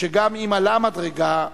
שגם אם עלה מדרגה,